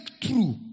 true